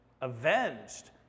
avenged